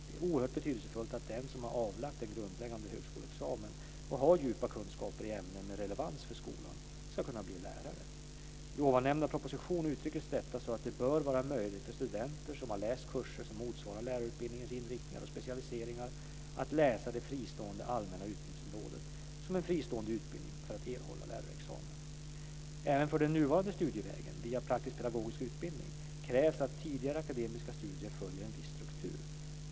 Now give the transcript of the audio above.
Det är oerhört betydelsefullt att den som har avlagt en grundläggande högskoleexamen och har djupa kunskaper i ämnen med relevans för skolan ska kunna bli lärare. I ovannämnda proposition uttrycktes detta så att det bör vara möjligt för studenter som har läst kurser som motsvarar lärarutbildningens inriktningar och specialiseringar att läsa det fristående allmänna utbildningsområdet som en fristående utbildning för att erhålla lärarexamen. Även för den nuvarande studievägen via praktiskpedagogisk utbildning krävs att tidigare akademiska studier följer en viss struktur.